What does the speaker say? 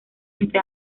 entre